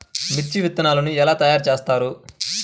మిర్చి విత్తనాలు ఎలా తయారు చేస్తారు?